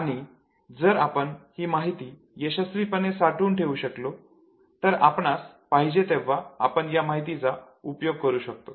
आणि जर आपण ही माहिती यशस्वीपणे साठवून ठेवू शकलो तर आपणास पाहिजे तेव्हा आपण या माहितीचा उपयोग करू शकतो